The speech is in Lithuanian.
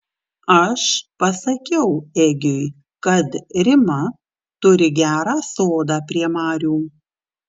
aš pasakiau egiui kad rima turi gerą sodą prie marių